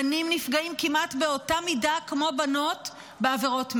בנים נפגעים כמעט באותה מידה כמו בנות בעבירות מין.